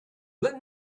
let